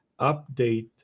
update